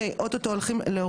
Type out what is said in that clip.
אנחנו מדברים על הנגשה,